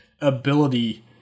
ability